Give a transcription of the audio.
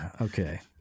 Okay